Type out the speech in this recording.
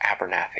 Abernathy